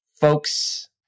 folks